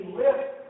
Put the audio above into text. lift